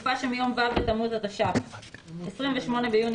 הוראת שעה 2. בתקופה שמיום ו' בתמוז התש"ף (28 ביוני